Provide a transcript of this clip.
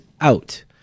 out